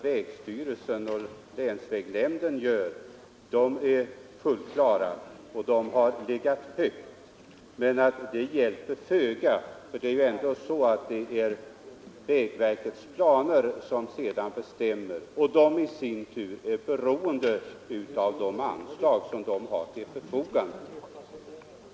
Vägstyrelsens och länsvägnämndens prioriteringar är fullt klara och de ligger högt. Men det hjälper föga för det är ändå vägverkets planer som är avgörande, och dessa är i sin tur beroende av de anslag som står till förfogande.